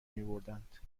میبردند